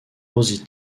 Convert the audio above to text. rosie